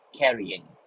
carrying